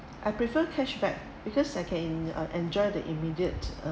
I prefer cashback because I can uh enjoy the immediate